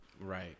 Right